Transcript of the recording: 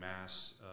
mass